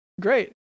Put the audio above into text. Great